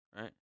right